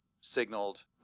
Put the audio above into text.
signaled